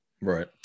Right